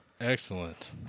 Excellent